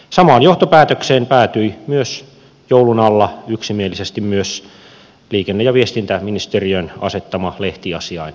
samaan johtopäätökseen päätyi joulun alla yksimielisesti myös liikenne ja viestintäministeriön asettama lehtiasiain neuvottelukunta